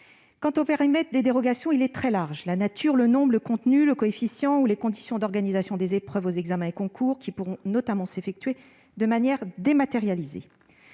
Quant au périmètre des dérogations, il est très large : y figurent la nature, le nombre, le contenu, le coefficient ou les conditions d'organisation des épreuves aux examens et concours, qui pourront notamment s'effectuer de manière dématérialisée.